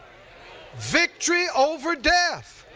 victory over death.